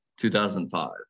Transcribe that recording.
2005